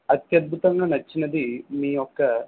అత్యద్భుతంగా నచ్చినది మీయొక్క